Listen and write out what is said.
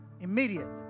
immediately